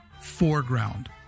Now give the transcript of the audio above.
foreground